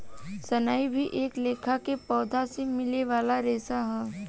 सनई भी एक लेखा के पौधा से मिले वाला रेशा ह